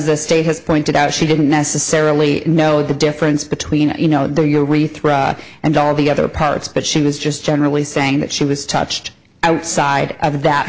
the state has pointed out she didn't necessarily know the difference between you know the your way through and all the other parts but she was just generally saying that she was touched outside of that